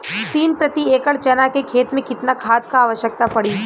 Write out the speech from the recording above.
तीन प्रति एकड़ चना के खेत मे कितना खाद क आवश्यकता पड़ी?